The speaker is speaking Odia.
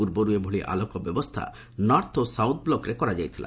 ପୂର୍ବରୁ ଏଭଳି ଆଲୋକ ବ୍ୟବସ୍ଥା ନର୍ଥ ଓ ସାଉଥ୍ ବ୍ଲକରେ କରାଯାଇଥିଲା